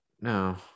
no